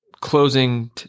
closing